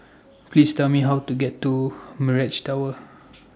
Please Tell Me How to get to Mirage Tower